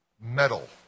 metal